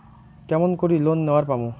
কেমন করি লোন নেওয়ার পামু?